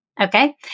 Okay